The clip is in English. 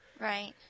Right